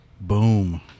Boom